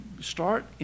Start